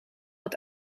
het